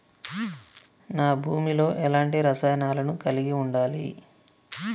నా భూమి లో ఎలాంటి రసాయనాలను కలిగి ఉండాలి?